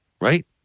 Right